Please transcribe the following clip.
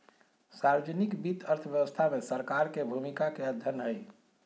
सार्वजनिक वित्त अर्थव्यवस्था में सरकार के भूमिका के अध्ययन हइ